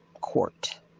court